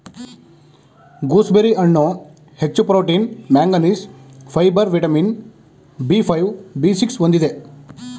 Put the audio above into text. gooseberry ಹಣ್ಣು ಹೆಚ್ಚು protein manganese, fibre vitamin B five, B six ಹೊಂದಿದೆ